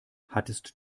hattest